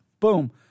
Boom